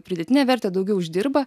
pridėtinę vertę daugiau uždirba